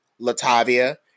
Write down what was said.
Latavia